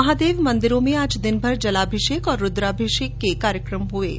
महादेव मंदिरों में आज दिनभर जलाभिषेक और रूद्राभिषेक के आयोजन हो रहे हैं